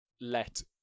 let